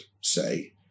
say